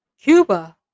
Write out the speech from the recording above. Cuba